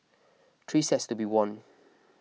three sets to be won